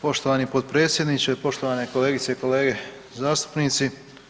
Poštovani potpredsjedniče, poštovane kolegice i kolege zastupnici.